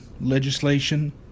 legislation